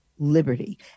Liberty